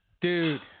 Dude